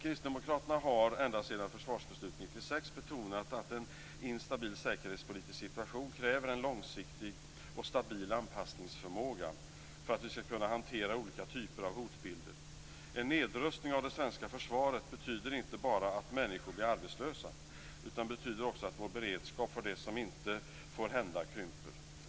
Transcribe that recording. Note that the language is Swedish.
Kristdemokraterna har ända sedan Försvarsbeslut 96 betonat att en instabil säkerhetspolitisk situation kräver en långsiktig och stabil anpassningsförmåga för att vi ska kunna hantera olika typer av hotbilder. En nedrustning av det svenska försvaret betyder inte bara att människor blir arbetslösa utan det betyder också att vår beredskap för det som inte får hända krymper.